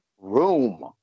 room